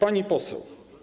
Pani Poseł!